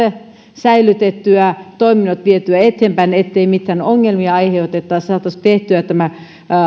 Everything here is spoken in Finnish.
säilytettyä toiminnot vietyä eteenpäin ettei mitään ongelmia aiheuteta saataisiin tehtyä tämä